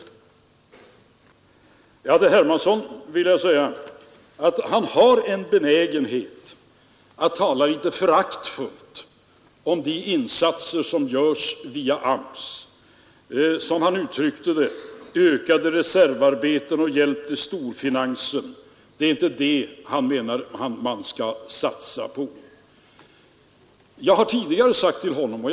Herr Hermansson har en benägenhet att tala litet föraktfullt om de insatser som görs via AMS. Det är inte, som han uttryckte det, ökade reservarbeten och hjälp till storfinansen som man skall satsa på. Jag har tidigare sagt till honom att det finns ingenting av deklassering i AMS:s verksamhet.